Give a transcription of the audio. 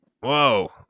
Whoa